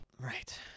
Right